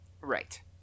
Right